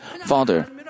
Father